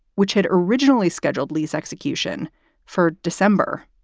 which had originally scheduled lee's execution for december.